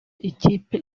ikipe